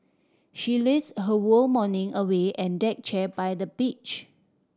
she lazed her morning away and deck chair by the beach